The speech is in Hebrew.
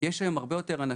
וואלה האמת?